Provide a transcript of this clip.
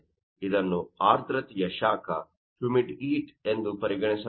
ಇದನ್ನು ಆರ್ದ್ರತೆಯ ಶಾಖ ಎಂದು ಪರಿಗಣಿಸಲಾಗಿದೆ